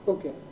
Okay